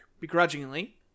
begrudgingly